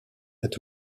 est